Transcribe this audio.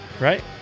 right